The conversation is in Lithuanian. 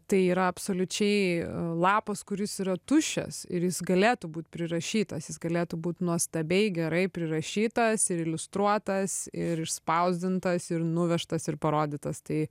tai yra absoliučiai lapas kuris yra tuščias ir jis galėtų būt prirašytas jis galėtų būt nuostabiai gerai prirašytas ir iliustruotas ir išspausdintas ir nuvežtas ir parodytas tai